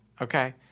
okay